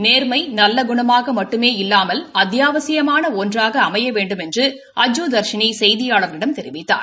நேர்மை நல்ல குணமாக மட்டுமே இல்லாமல் அத்தியாவசியமான ஒன்றாக அமைய வேண்டுமென்று அஜ்ஜூ தர்ஷினி செய்தியாளர்களிடம் தெரிவித்தார்